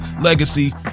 legacy